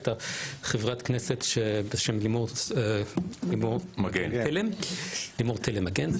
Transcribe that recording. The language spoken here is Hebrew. הייתה חברת הכנסת לימור תלם מגן,